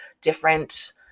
different